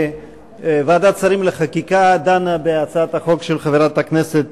ועדת שרים לחקיקה דנה בהצעת החוק של חברת הכנסת